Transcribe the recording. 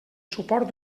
suport